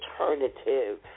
alternative